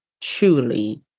truly